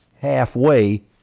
halfway